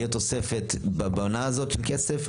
תהיה תוספת בעונה הזאת של כסף,